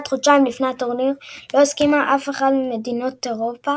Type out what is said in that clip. עד חודשיים לפני הטורניר לא הסכימה אף מדינה אירופית